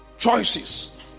choices